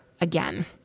again